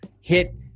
hit